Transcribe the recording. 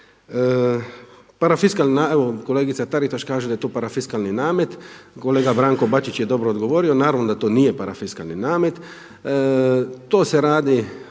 proračun. Kolegica Taritaš kaže da je to parafiskalni namet, kolega Branko Bačić je dobro odgovorio, naravno da to nije parafiskalni namet. To se radi